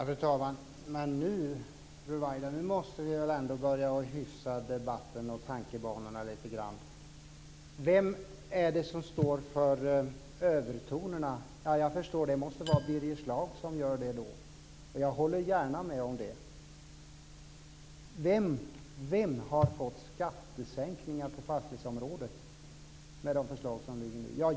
Fru talman! Nu måste vi väl ändå börja hyfsa debatten och tankebanorna lite grann, Ruwaida! Vem är det som står för övertonerna? Jag förstår att det måste vara Birger Schlaug som gör det. Det håller jag gärna med om. Vem har fått skattesänkningar på fastighetsområdet med de förslag som föreligger nu?